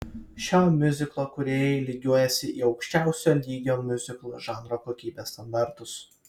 šio miuziklo kūrėjai lygiuojasi į aukščiausio lygio miuziklo žanro kokybės standartus